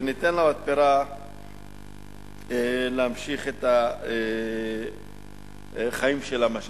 וניתן למתפרה להמשיך את החיים שלה, מה שנקרא.